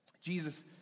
Jesus